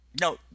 No